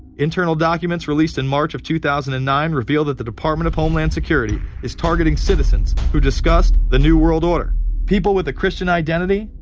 internal documents released in march of two thousand and nine reveal that the department of homeland security is targeting citizens who discussed the new world order people with a christian identity,